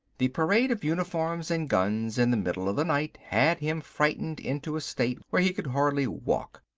the parade of uniforms and guns in the middle of the night had him frightened into a state where he could hardly walk.